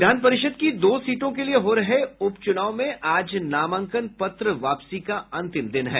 विधान परिषद की दो सीटों के लिए हो रहे उपचुनाव में आज नामांकन पत्र वापसी का अंतिम दिन है